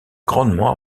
grandement